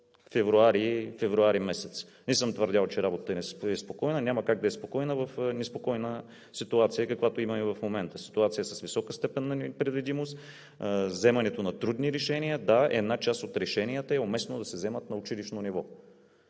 февруари. Не съм твърдял, че работата е спокойна. Няма как да е спокойна в неспокойна ситуация, каквато има и в момента – ситуация с висока степен на непредвидимост, вземането на трудни решения. Да, една част от решенията е уместно да се вземат на училищно ниво,